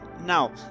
Now